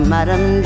Madam